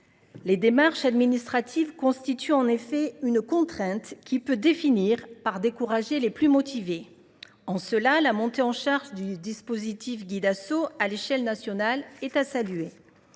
Les démarches administratives constituent en effet une contrainte qui peut finir par décourager les plus motivés. En cela, la montée en charge du dispositif Guid’Asso à l’échelle nationale est à saluer.